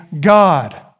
God